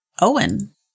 Owen